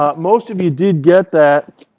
um most of you did get that.